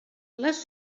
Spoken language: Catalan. les